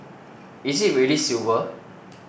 is it really a silver